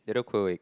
little quail egg